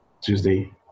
Tuesday